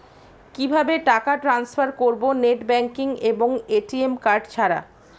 কিভাবে টাকা টান্সফার করব নেট ব্যাংকিং এবং এ.টি.এম কার্ড ছাড়া?